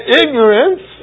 ignorance